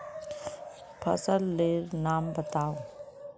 फसल लेर नाम बाताउ?